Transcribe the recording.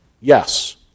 yes